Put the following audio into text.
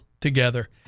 together